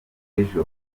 ejo